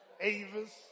Avis